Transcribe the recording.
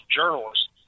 journalists